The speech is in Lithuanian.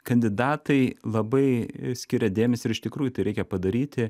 kandidatai labai skiria dėmesį ir iš tikrųjų tai reikia padaryti